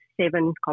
seven